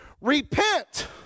Repent